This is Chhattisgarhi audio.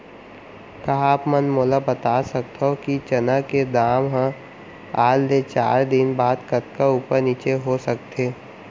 का आप मन मोला बता सकथव कि चना के दाम हा आज ले चार दिन बाद कतका ऊपर नीचे हो सकथे?